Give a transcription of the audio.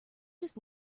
just